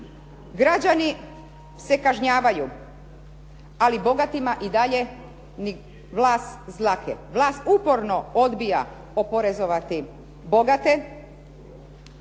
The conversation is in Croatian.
Građani se kažnjavaju, ali bogatima ni vlas s glave. Vlast uporno odbija oporezovati bogate,